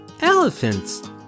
Elephants